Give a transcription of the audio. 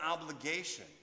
obligation